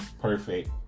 perfect